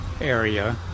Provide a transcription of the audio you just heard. Area